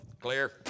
clear